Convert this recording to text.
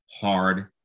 hard